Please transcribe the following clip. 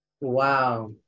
Wow